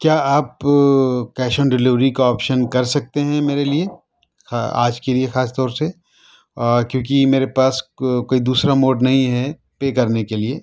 کیا آپ cash on delivery کا آپشن کر سکتے ہیں میرے لیے آج کے لیے خاص طور سے کیونکہ میرے پاس کوئی دوسرا موڈ نہیں ہے پے کرنے کے لیے